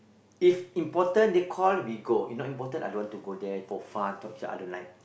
if important they call we go if not important I don't want to go there for fun talk Sia I don't like